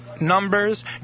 Numbers